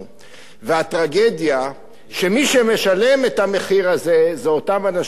והטרגדיה היא שמי שמשלמים את המחיר הזה הם אותם אנשים שאין להם,